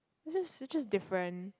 it's just it's just different